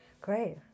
great